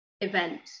event